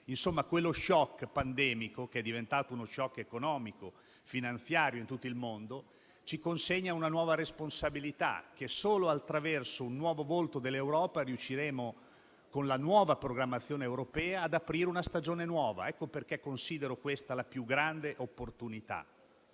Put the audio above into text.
In sostanza, quello shock pandemico, che è diventato uno shock economico-finanziario in tutto il mondo, ci consegna una nuova responsabilità: solo attraverso un nuovo volto dell'Europa riusciremo, con la nuova programmazione europea, ad aprire una stagione nuova. Ecco perché considero questa la più grande opportunità